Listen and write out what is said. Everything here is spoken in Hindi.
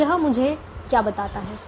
तो यह मुझे क्या बताता है